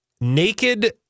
Naked